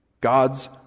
God's